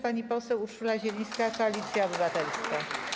Pani poseł Urszula Zielińska, Koalicja Obywatelska.